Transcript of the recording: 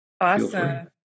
Awesome